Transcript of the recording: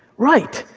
right,